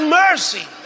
mercy